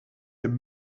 dem